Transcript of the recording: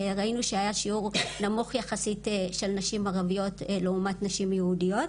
וראינו שהיה שיעור נמוך יחסית של נשים ערביות לעומת יהודיות.